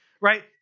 right